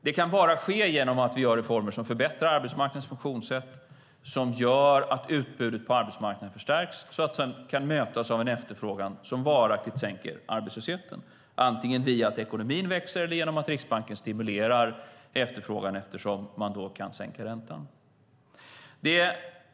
Det kan bara ske genom att vi gör reformer som förbättrar arbetsmarknadens funktionssätt och gör att utbudet på arbetsmarknaden förstärks som sedan kan mötas av en efterfrågan som varaktigt sänker arbetslösheten. Det kan antingen ske genom att ekonomin växer eller genom att Riksbanken stimulerar efterfrågan, eftersom man kan sänka räntan.